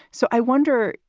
so i wonder,